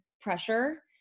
pressure